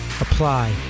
Apply